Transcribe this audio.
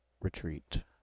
retreat